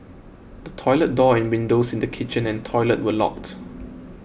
the toilet door and windows in the kitchen and toilet were locked